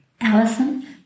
Allison